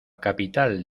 capital